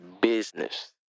business